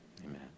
Amen